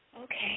Okay